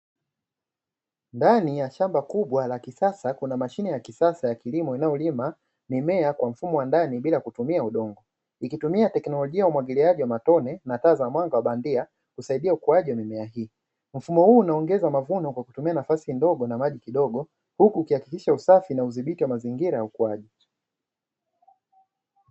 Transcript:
Ndani ya shamba la kubwa la kisasa Kuna mashine ya kisasa kuna mfumo wa ndani bila kutumia udongo , ikitumika teknolojia ya umwagiliaji wa matone na taa za mwanga wa bandia, mfumo huu unaongeza mavuno, huku ikihakikisha usafi na udhabiti wa mazingira ya ukuaji.